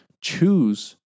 choose